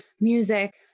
music